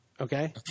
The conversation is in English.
Okay